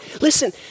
Listen